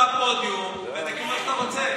תרד מהפודיום ותגיד מה שאתה רוצה,